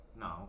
no